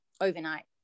overnight